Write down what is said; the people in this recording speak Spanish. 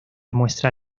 muestra